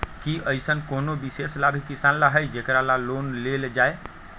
कि अईसन कोनो विशेष लाभ किसान ला हई जेकरा ला लोन लेल जाए?